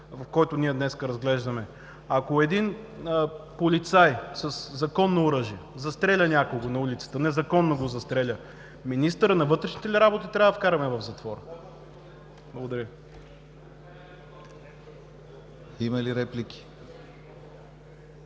който ние днес разглеждаме. Ако един полицай със законно оръжие застреля някого на улицата, незаконно го застреля, министърът на вътрешните работи ли трябва да вкарваме в затвора? Благодаря Ви.